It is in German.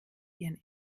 ihren